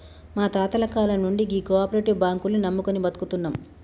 మా తాతల కాలం నుండి గీ కోపరేటివ్ బాంకుల్ని నమ్ముకొని బతుకుతున్నం